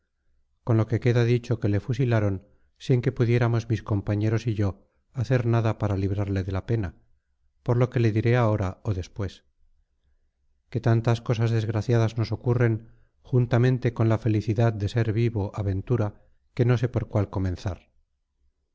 con lo que queda dicho que le fusilaron sin que pudiéramos mis compañeros y yo hacer nada para librarle de la pena por lo que le diré ahora o después que tantas cosas desgraciadas nos ocurren juntamente con la felicidad de ver vivo a ventura que no sé por cuál